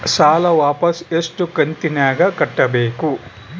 ಸಾಲ ವಾಪಸ್ ಎಷ್ಟು ಕಂತಿನ್ಯಾಗ ಕಟ್ಟಬೇಕು?